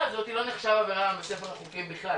הזאת לא נחשב עבירה בספר החוקים בכלל,